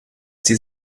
die